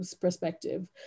perspective